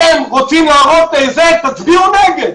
אתם תצביעו נגד.